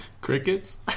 crickets